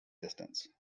distance